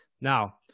Now